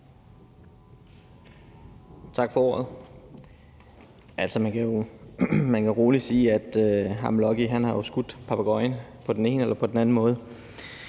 tak for ordet. Man kan rolig sige, at ham Lucky har skudt papegøjen på den ene eller på den anden måde.